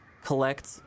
Collect